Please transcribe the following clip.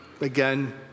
again